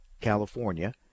California